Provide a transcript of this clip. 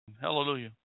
hallelujah